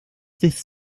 this